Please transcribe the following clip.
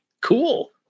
cool